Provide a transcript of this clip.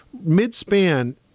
mid-span